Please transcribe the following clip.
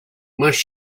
must